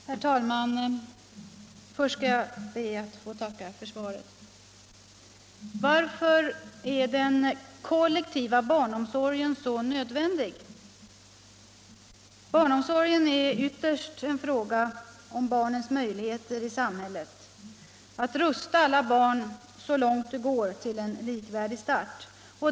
Herr talman! Jag ber att först få tacka för svaret på min fråga. Varför är den kollektiva barnomsorgen så nödvändig? Barnomsorgen är ytterst en fråga om barnens möjligheter i samhället, om att rusta alla barn så långt det går för en likvärdig start.